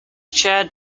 chaired